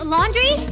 Laundry